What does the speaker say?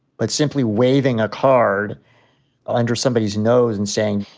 but simply waving a card under somebody's nose and saying,